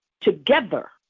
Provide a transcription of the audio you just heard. together